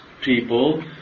people